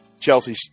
Chelsea